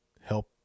help